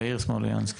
יאיר סמוליאנוב,